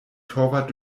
torwart